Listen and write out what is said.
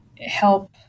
help